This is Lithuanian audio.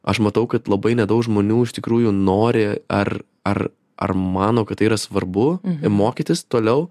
aš matau kad labai nedaug žmonių iš tikrųjų nori ar ar ar mano kad tai yra svarbu mokytis toliau